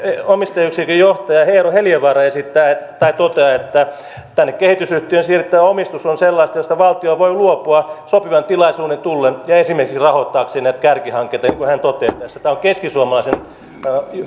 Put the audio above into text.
omistajayksikön johtaja eero heliövaara toteaa että tänne kehitysyhtiöön siirrettävä omistus on sellaista josta valtio voi luopua sopivan tilaisuuden tullen ja esimerkiksi rahoittaakseen näitä kärkihankkeita niin kuin hän toteaa tässä tämä on keskisuomalaisen